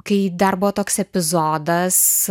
kai dar buvo toks epizodas